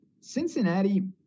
Cincinnati